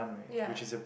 ya